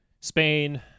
Spain